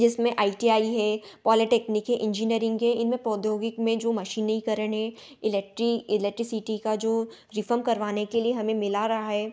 जिसमें I T I है polytechnic है इंजीनियरिंग है इनमें प्रौद्योगिक में जो मशिनिकरणें इलेक्टरी इलेक्ट्रिसिटी का जो रिफम करवाने के लिए हमें मिला रहा है